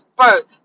first